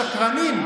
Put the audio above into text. שקרנים.